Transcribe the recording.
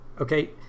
okay